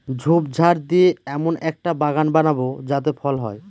ঝোপঝাড় দিয়ে এমন একটা বাগান বানাবো যাতে ফল হয়